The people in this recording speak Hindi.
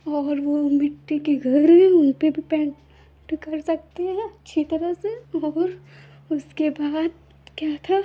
और वह मिट्टी के घर हैं उनपर भी पेन्ट कर सकते हैं अच्छी तरह से और उसके बाद क्या था